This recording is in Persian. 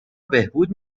بهبود